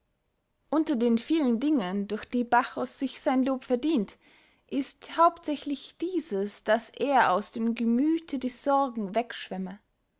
unter den vielen dingen durch die bachus sich sein lob verdient ist hauptsächlich dieses daß er aus dem gemüthe die sorgen wegschwemme